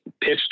pitched